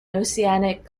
oceanic